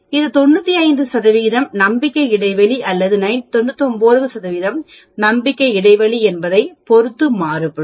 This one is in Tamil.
இது 95 நம்பிக்கை இடைவெளி அல்லது 99 நம்பிக்கை இடைவெளி என்பதைப் பொறுத்து மாறுபடும்